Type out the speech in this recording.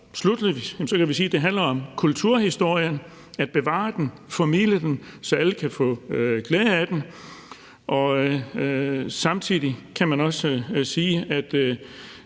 at det handler om kulturhistorien og om at bevare den, formidle den, så alle kan få glæde af den. Samtidig kan man også sige,